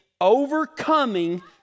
overcoming